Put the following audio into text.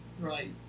right